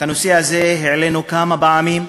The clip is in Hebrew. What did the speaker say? את הנושא הזה העלינו כמה פעמים,